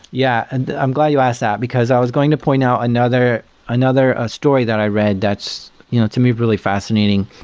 yeah, and i'm glad you asked that, because i was going to point out another another ah story that i read that's you know to me really fascinating.